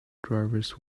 drivers